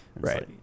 right